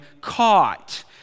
caught